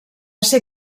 ser